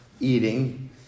Eating